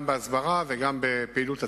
גם בהסברה וגם בפעילות עצמה.